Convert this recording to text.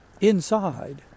inside